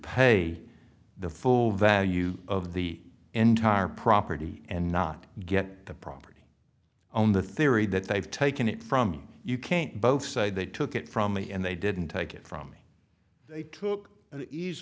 pay the full value of the entire property and not get the profit on the theory that they've taken it from me you can't both side they took it from me and they didn't take it from me they took an